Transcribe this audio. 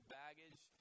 baggage